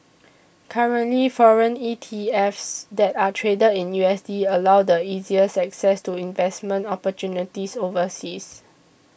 currently foreign ETFs that are traded in U S D allow the easiest access to investment opportunities overseas